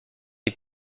est